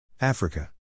Africa